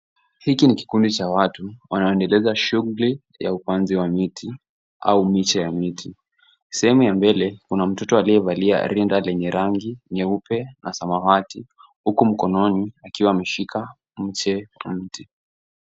Hiki ni kikundi cha watu, wanaoendeleza shughuli ya upanzi wa miti au miche ya miti. Sehemu ya mbele, kuna mtoto aliyevalia rinda lenye rangi nyeupe na samawati. Huku mkononi, akiwa ameshika mche wa mti.